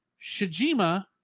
Shijima